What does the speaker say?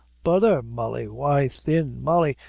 butther, molly why thin, molly,